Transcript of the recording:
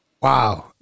Wow